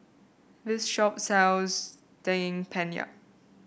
this shop sells Daging Penyet